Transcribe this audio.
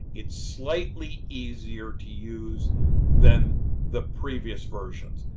it's slightly easier to use than the previous versions.